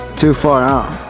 too far out.